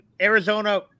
Arizona